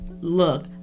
look